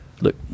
look